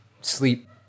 sleep